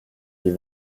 les